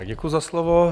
Děkuji za slovo.